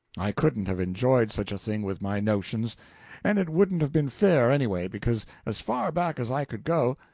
i couldn't have enjoyed such a thing with my notions and it wouldn't have been fair, anyway, because as far back as i could go,